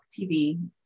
TV